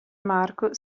marco